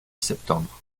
septembre